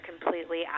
completely